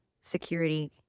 security